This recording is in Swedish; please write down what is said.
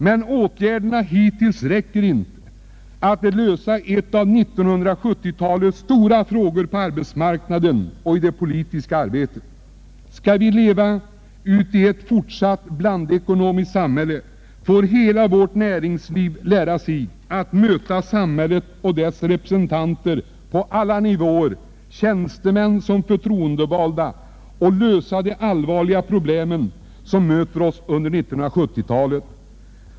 Men de åtgärder som hittills vidtagits räcker inte för att lösa ett av 1970-talets stora problem på arbetsmarknaden och i det politiska livet: Skall vi fortsätta att leva i ett blandekonomiskt samhälle måste man inom hela vårt näringsliv lära sig möta samhället och dess representanter på alla nivåer, tjänstemän som förtroendevalda, för att lösa de allvarliga problem som kommer att möta oss under 1970-talet.